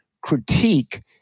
critique